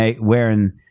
wearing